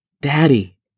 Daddy